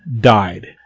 died